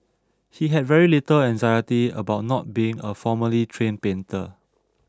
he had very little anxiety about not being a formally trained painter